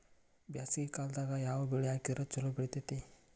ಬ್ಯಾಸಗಿ ಕಾಲದಾಗ ಯಾವ ಬೆಳಿ ಹಾಕಿದ್ರ ಛಲೋ ಬೆಳಿತೇತಿ?